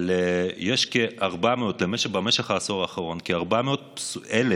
אבל במשך העשור האחרון בארץ יש כ-400,000